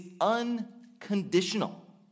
unconditional